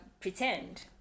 pretend